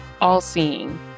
all-seeing